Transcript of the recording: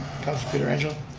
councilor pietrangelo.